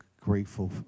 grateful